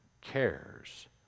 cares